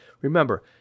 Remember